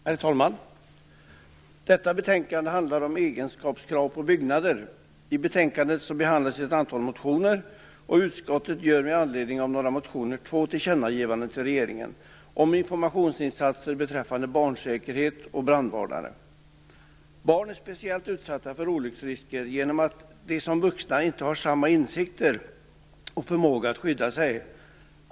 Herr talman! Detta betänkande handlar om egenskapskrav på byggnader. I betänkandet behandlas ett antal motioner. Utskottet gör med anledning av några motioner två tillkännagivanden till regeringen om informationsinsatser beträffande barnsäkerhet och brandvarnare. Barn är speciellt utsatta för olycksrisker genom att de inte har samma insikter och förmåga som vuxna att skydda sig.